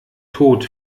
tod